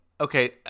okay